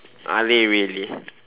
are they really